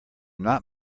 not